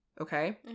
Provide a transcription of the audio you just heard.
okay